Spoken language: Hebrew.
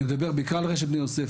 אני מדבר בעיקר על רשת בני יוסף,